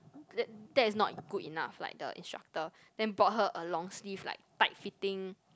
that that is not good enough like the instructor then brought her a long sleeve like tight fitting